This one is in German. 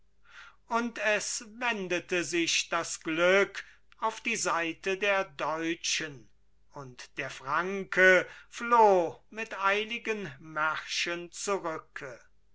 und es wendete sich das glück auf die seite der deutschen und der franke floh mit eiligen märschen zurücke